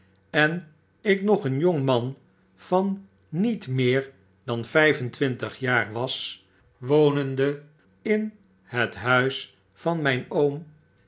en ik nog een jong man van niet meer dan vijf en twintig jaar was wonende in het huis van myn oom